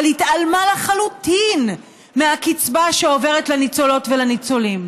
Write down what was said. אבל התעלמה לחלוטין מהקצבה שעוברת לניצולות ולניצולים.